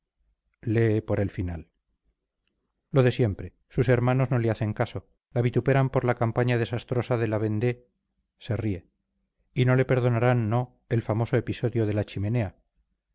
ver qué me cuenta lee por el final lo de siempre sus hermanas no le hacen caso la vituperan por la campaña desastrosa de la vendée se ríe y no le perdonarán no el famoso episodio de la chimenea